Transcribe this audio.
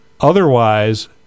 Otherwise